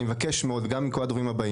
אני מבקש מאוד גם מכל הדוברים,